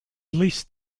leased